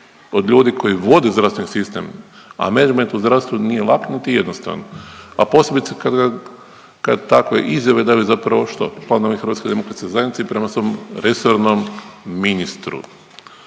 od ljudi koji vode zdravstveni sistem, a menagement u zdravstvu nije lak niti jednostavan, a posebice kad takve izjave daju zapravo što? Članovi Hrvatske demokratske zajednice i prema svom resornom ministru.